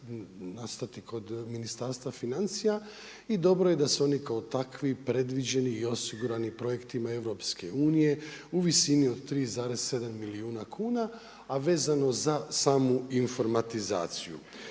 nastati kod Ministarstva financija i dobro je da su oni kao takvi predviđeni i osigurani projektima EU, u visini od 3,7 milijuna kuna, a vezano za samo informatizaciju.